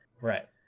Right